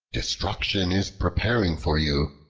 destruction is preparing for you,